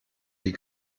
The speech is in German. die